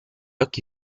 occhi